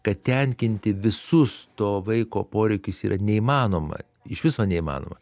kad tenkinti visus to vaiko poreikius yra neįmanoma iš viso neįmanoma